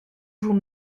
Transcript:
vous